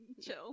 chill